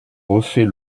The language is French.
refait